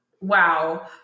wow